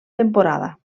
temporada